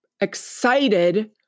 excited